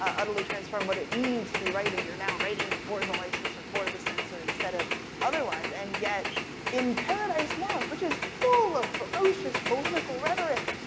utterly transform what it means to be writing. you're now writing for the licenser, for the censor, instead of otherwise, and yet in paradise lost, which is full of ferocious political rhetoric,